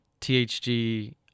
THG